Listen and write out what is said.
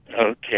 Okay